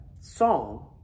song